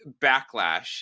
backlash